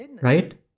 right